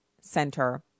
Center